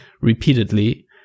repeatedly